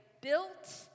built